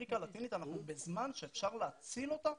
אמריקה הלטינית אנחנו בזמן שאפשר להציל אותה,